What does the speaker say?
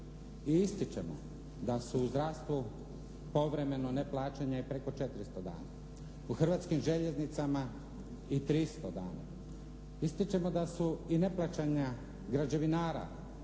ističemo da su u zdravstvu povremeno neplaćanje i preko 400 dana. U Hrvatskim željeznicama i 300 dana. Ističemo da su i neplaćanja građevinara